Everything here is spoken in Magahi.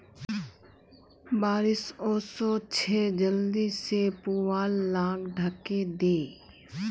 बारिश ओशो छे जल्दी से पुवाल लाक ढके दे